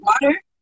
water